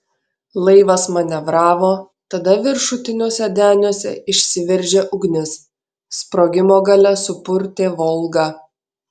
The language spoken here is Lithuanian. laivas manevravo tada viršutiniuose deniuose išsiveržė ugnis sprogimo galia supurtė volgą